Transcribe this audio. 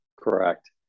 Correct